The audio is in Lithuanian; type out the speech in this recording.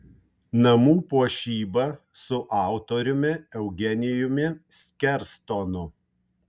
namų puošyba su autoriumi eugenijumi skerstonu